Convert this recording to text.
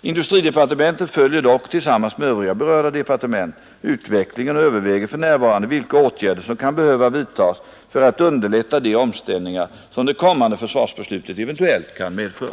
Industridepartementet följer dock — tillsammans med övriga berörda departement — utvecklingen och överväger för närvarande vilka åtgärder som kan behöva vidtas för att underlätta de omställningar som det kommande försvarsbeslutet eventuellt kan medföra.